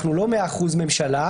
אנחנו לא מאה אחוז ממשלה.